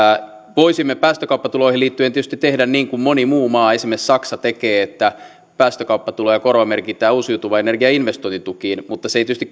voisimme päästökauppatuloihin liittyen tietysti tehdä niin kuin moni muu maa esimerkiksi saksa tekee että päästökauppatuloja korvamerkitään uusiutuvan energian investointitukiin mutta se ei tietysti